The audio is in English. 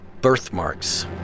Birthmarks